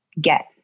get